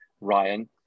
Ryan